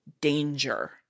danger